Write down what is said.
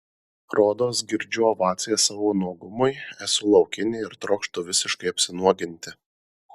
rodos girdžiu ovacijas savo nuogumui esu laukinė ir trokštu visiškai apsinuoginti